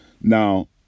Now